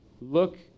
Look